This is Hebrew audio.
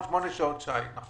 אנחנו